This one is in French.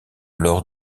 lors